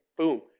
Boom